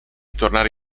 tornare